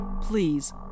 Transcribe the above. Please